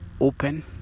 open